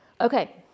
Okay